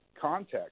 context